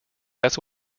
that’s